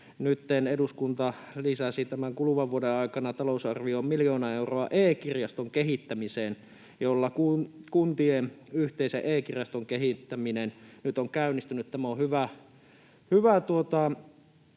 eduskunta lisäsi tämän kuluvan vuoden aikana talousarvioon e-kirjaston kehittämiseen miljoona euroa, jolla kuntien yhteisen e-kirjaston kehittäminen nyt on käynnistynyt. Tämä on hyvä